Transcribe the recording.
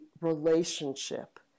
relationship